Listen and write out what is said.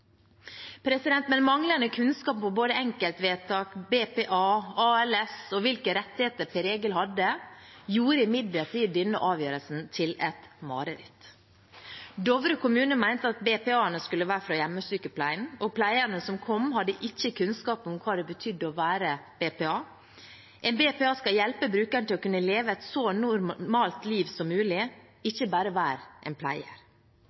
Manglende kunnskap om både enkeltvedtak, BPA – brukerstyrt personlig assistanse – ALS og hvilke rettigheter Per Egil hadde, gjorde imidlertid denne avgjørelsen til et mareritt. Dovre kommune mente at BPA-ene skulle komme fra hjemmesykepleien, og pleierne som kom, hadde ikke kunnskap om hva det betydde å være BPA. En BPA skal hjelpe brukerne til å kunne leve et så normalt liv som mulig, ikke bare være en pleier.